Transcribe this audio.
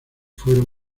fueron